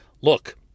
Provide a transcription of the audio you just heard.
look